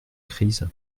crise